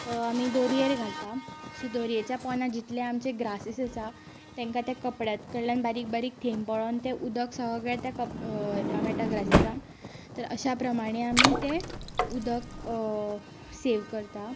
आमी दोरयेर घालता सो दोरयेच्या पोंदा जितले आमचे ग्रासीस आसा तेंकां त्या कपड्यांत कडल्यान बारीक बारीक थेंब पडोन तें उदक सगल्या त्या ग्रासिसाक मेयटा तर अशा प्रमाणे आमी तें उदक सेव करता